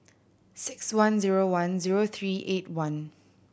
six one zero one zero three eight one